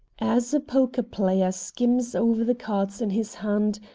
as a poker-player skims over the cards in his hand,